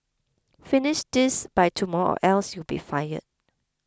finish this by tomorrow else you'll be fired